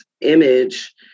image